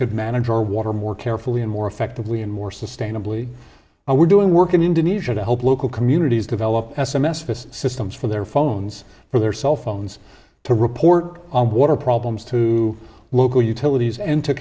could manage our water more carefully and more effectively and more sustainably and we're doing work in indonesia to help local communities develop s m s this systems for their phones for their cellphones to report on water problems to local utilities and to